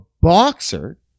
boxer